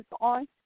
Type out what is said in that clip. on